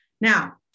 Now